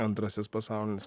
antrasis pasaulinis